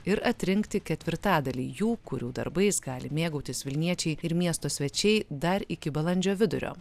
ir atrinkti ketvirtadalį jų kurių darbais gali mėgautis vilniečiai ir miesto svečiai dar iki balandžio vidurio